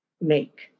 make